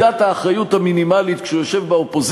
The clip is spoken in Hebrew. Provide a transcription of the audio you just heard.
מי שאין לו מידת האחריות המינימלית כשהוא יושב באופוזיציה,